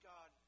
God